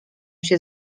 się